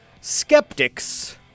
skeptics-